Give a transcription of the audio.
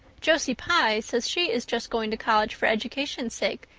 josie pye says she is just going to college for education's sake,